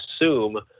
assume